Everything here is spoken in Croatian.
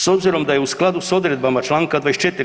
S obzirom da je u skladu s odredbama čl. 24.